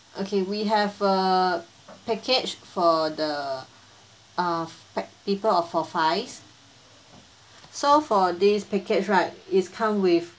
okay we have a package for the uh pe~ people err for five so for this package right is come with